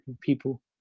people